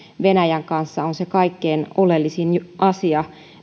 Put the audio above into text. venäjän kanssa on se kaikkein oleellisin asia